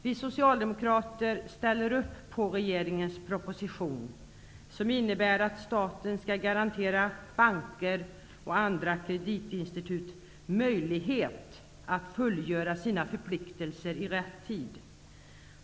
Vi socialdemokrater ställer upp på regeringens proposition som innebär att staten skall garantera banker och vissa andra kreditinstitut möjlighet att fullgöra sina förpliktelser i rätt tid.